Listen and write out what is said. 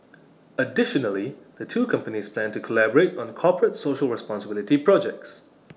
additionally the two companies plan to collaborate on corporate social responsibility projects